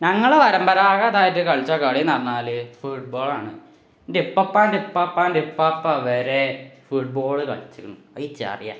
ഞങ്ങൾ പരമ്പരാഗതമായിട്ട് കളിച്ച കളി എന്നുപറഞ്ഞാൽ ഫുട്ബോളാണ് എൻ്റെ ഉപ്പപ്പാന്റുപ്പാപ്പ വരെ ഫുട്ബോൾ കളിച്ച്ക്കണ് അതെനിക്കറിയാം